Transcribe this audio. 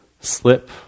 slip